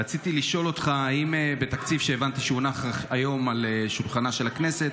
רציתי לשאול אותך: האם בתקציב שהבנתי שהונח היום על שולחנה של הכנסת